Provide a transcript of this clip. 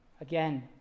Again